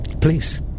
Please